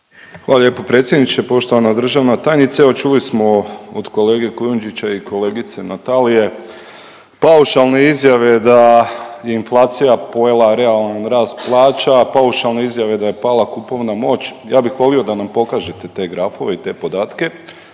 Hvala lijepo predsjedniče. Poštovanja državna tajnice, evo čuli smo od kolege Kujundžića i kolegice Natalije paušalne izjave da je inflacija pojela realan rast plaća, paušalne izjave da je pala kupovna moć. Ja bih volio da nam pokažete te grafove i te podatke,